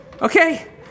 Okay